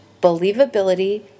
believability